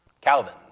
Calvin